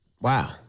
Wow